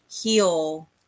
heal